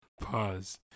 Pause